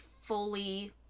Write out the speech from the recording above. fully